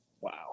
Wow